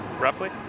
roughly